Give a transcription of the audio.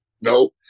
No